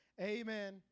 Amen